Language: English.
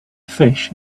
fish